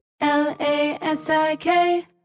L-A-S-I-K